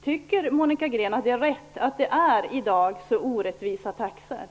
Tycker Monica Green att det är rätt att taxorna är så orättvisa i dag?